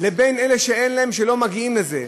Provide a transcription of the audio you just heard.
עם אלה שאין להם, שלא מגיעים לזה,